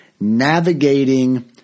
Navigating